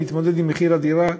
שמתמודד עם מחיר הדירה,